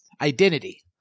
Identity